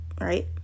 right